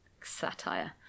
Satire